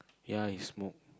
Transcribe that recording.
ya he smoke